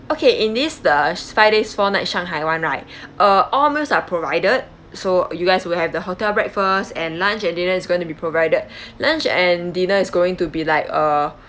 okay in this uh five days four nights shanghai [one] right uh all meals are provided so you guys will have the hotel breakfast and lunch and dinner is going to be provided lunch and dinner is going to be like uh